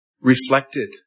reflected